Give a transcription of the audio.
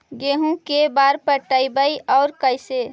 गेहूं के बार पटैबए और कैसे?